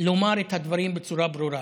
לומר את הדברים בצורה ברורה: